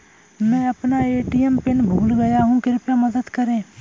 मैं अपना ATM pin भूल गया हूँ, कृपया मदद करें